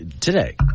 today